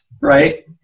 right